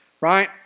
right